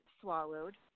swallowed